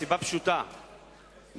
אני ביקשתי לדבר מסיבה פשוטה,